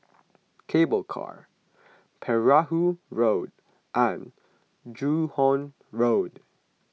Cable Car Perahu Road and Joo Hong Road